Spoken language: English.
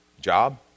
job